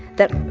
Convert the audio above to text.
that,